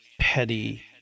Petty